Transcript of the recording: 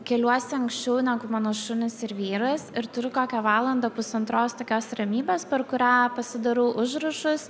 keliuosi anksčiau negu mano šunys ir vyras ir turiu kokią valandą pusantros tokios ramybės per kurią pasidarau užrašus